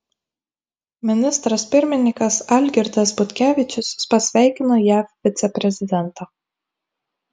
ministras pirmininkas algirdas butkevičius pasveikino jav viceprezidentą